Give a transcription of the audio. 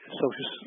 social